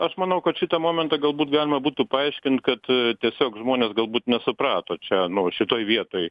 aš manau kad šitą momentą galbūt galima būtų paaiškint kad tiesiog žmonės galbūt nesuprato čia nu va šitoj vietoj